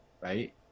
right